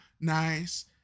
nice